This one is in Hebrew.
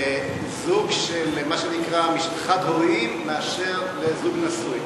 לזוג של מה שנקרא חד-הוריים מאשר לזוג נשוי.